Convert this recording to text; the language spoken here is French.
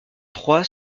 trois